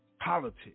Politics